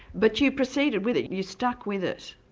but you proceeded with it, you stuck with it.